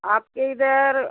आपके इधर